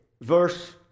verse